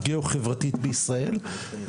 הגיאו-חברתית בישראל,